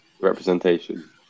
representation